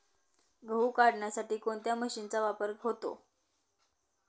गहू काढण्यासाठी कोणत्या मशीनचा वापर होतो?